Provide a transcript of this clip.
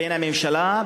בין הממשלה,